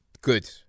good